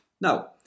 Now